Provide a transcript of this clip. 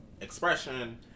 expression